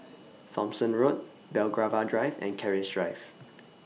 Thomson Road Belgravia Drive and Keris Drive